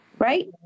Right